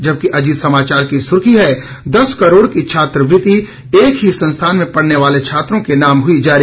जबकि अजीत समाचार की सुर्खी है दस करोड़ की छात्रवृति एक ही संस्थान में पढ़ने वाले छात्रों के नाम हुई जारी